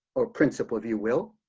or principal, if you will,